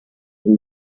from